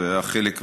זה היה חלק מהשאלות.